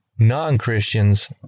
non-Christians